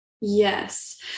Yes